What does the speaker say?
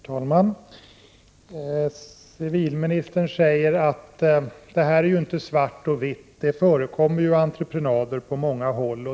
Herr talman! Civilministern säger att allt inte är enbart svart eller vitt utan att det förekommer entreprenader på många håll.